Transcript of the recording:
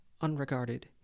unregarded